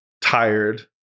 tired